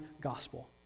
gospel